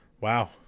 Wow